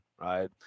right